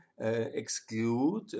exclude